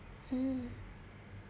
hmm